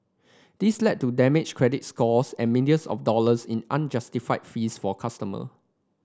this led to damaged credit scores and millions of dollars in unjustified fees for customer